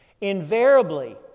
Invariably